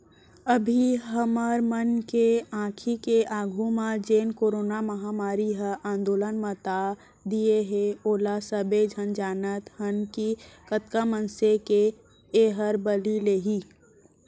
अभी हमर मन के आंखी के आघू म जेन करोना महामारी ह अंदोहल मता दिये हे ओला सबे झन जानत हन कि कतका मनसे के एहर बली लेही